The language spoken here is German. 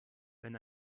wenn